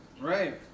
Right